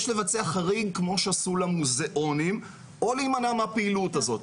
יש לבצע חריג כמו שעשו למוזיאונים או להימנע מהפעילות הזאת.